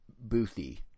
boothy